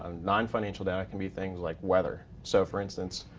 um non-financial data can be things like weather. so for instance,